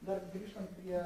dar grįžtant prie